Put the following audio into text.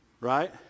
right